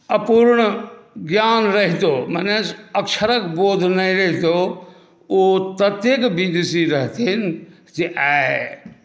अपूर्ण ज्ञान रहितो मने अक्षरक बोध नहि रहितो ओ ततेक विदुषी रहथिन जे आइ